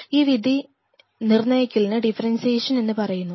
ഈ വിധി നിർണ്ണയിക്കലിനെ ഡിഫറെൻഷിയേഷൻ എന്ന് പറയുന്നു